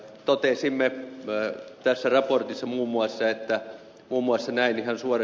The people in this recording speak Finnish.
totesimme tässä raportissa muun muassa näin